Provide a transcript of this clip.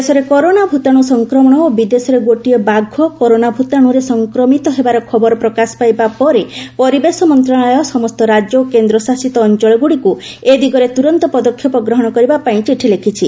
ଦେଶରେ କରୋନା ଭୂତାଣୁ ସଂକ୍ରମଣ ଓ ବିଦେଶରେ ଗୋଟିଏ ବାଘ କରୋନା ଭୂତାଣୁରେ ସଫକ୍ରମିତ ହେବାର ଖବର ପ୍ରକାଶ ପାଇବା ପରେ ପରିବେଶ ମନ୍ତ୍ରଣାଳୟ ସମସ୍ତ ରାଜ୍ୟ ଓ କେନ୍ଦ୍ରଶାସିତ ଅଞ୍ଚଳଗୁଡ଼ିକୁ ଏ ଦିଗରେ ତୁରନ୍ତ ପଦକ୍ଷେପ ଗ୍ରହଣ କରିବା ପାଇଁ ଚିଠି ଲେଖିଛି